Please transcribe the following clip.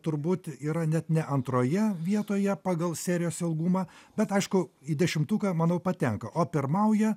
turbūt yra net ne antroje vietoje pagal serijos ilgumą bet aišku į dešimtuką manau patenka o pirmauja